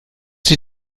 sich